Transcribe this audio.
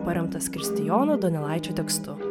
paremtas kristijono donelaičio tekstu